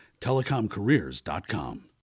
TelecomCareers.com